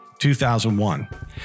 2001